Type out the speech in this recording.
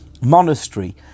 monastery